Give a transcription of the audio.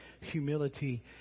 humility